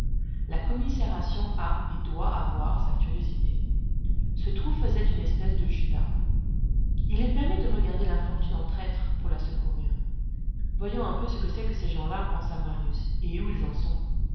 la commisération a et doit avoir sa curiosité ce trou faisait une espèce de judas il est permis de regarder l'infortune en traître pour la secourir voyons un peu ce que c'est que ces gens-là pensa marius et où ils en sont